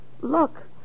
Look